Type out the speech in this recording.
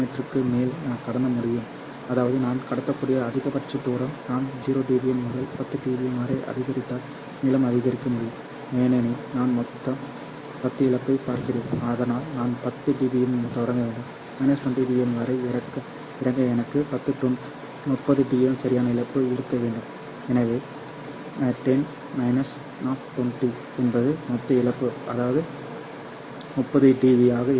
க்கு மேல் கடத்த முடியும் அதாவது நான் கடத்தக்கூடிய அதிகபட்ச தூரம் நான் 0 dBm முதல் 10 dBm வரை அதிகரித்தால் நீளமும் அதிகரிக்க முடியும் ஏனெனில் நான் மொத்தம் 10 இழப்பைப் பார்க்கிறேன் அதனால் நான் 10 டிபிஎம் தொடங்க வேண்டும் 20 dBm வரை இறங்க எனக்கு 30 dB சரியான இழப்பு இருக்க வேண்டும் எனவே 10 என்பது மொத்த இழப்பு 30 dB இழப்பு